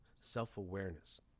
self-awareness